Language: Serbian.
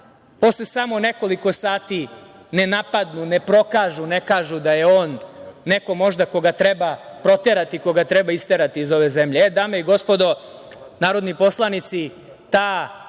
posle samo nekoliko sati ne napadnu, ne prokažu, ne kažu da je on neko možda koga treba proterati, koga treba isterati iz ove zemlje. Dame i gospodo narodni poslanici, ta